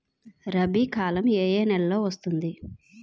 రబీ కాలం ఏ ఏ నెలలో వస్తుంది?